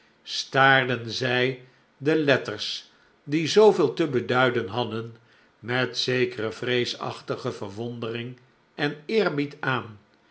staarden zij de letters die zooveel te beduiden hadden met zekere vreesachtige verwondering en eerbied aan